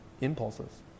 impulses